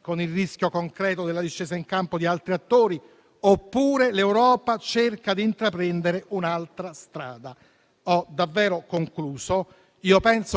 con il rischio concreto della discesa in campo di altri attori; oppure l'Europa cerca di intraprendere un'altra strada. Penso però